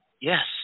yes